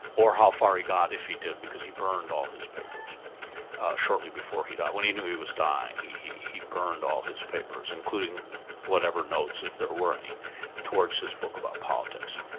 or how far he got if he did, because he burned all his papers shortly before he died. when he knew he was dying, he he burned all his papers, including whatever notes, if there were any towards his book about politics.